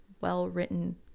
well-written